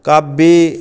काव्ये